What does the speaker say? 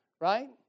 right